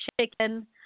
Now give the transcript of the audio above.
chicken